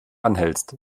anhältst